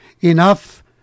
enough